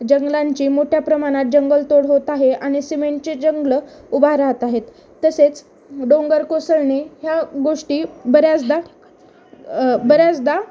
जंगलांची मोठ्या प्रमाणात जंगल तोड होत आहे आणि सिमेंटचे जंगलं उभा राहत आहेत तसेच डोंगर कोसळणे ह्या गोष्टी बऱ्याचदा बऱ्याचदा